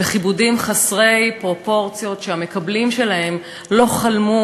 בכיבודים חסרי פרופורציות שהמקבלים שלהם לא חלמו